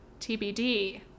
TBD